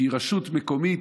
כי רשות מקומית,